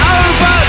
over